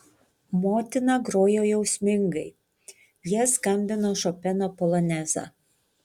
motina grojo jausmingai jie skambino šopeno polonezą